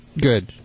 good